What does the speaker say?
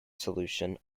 solution